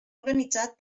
organitzat